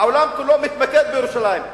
העולם כולו מתמקד בירושלים,